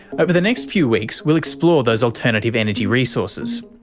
over the next few weeks we'll explore those alternative energy resources.